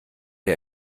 der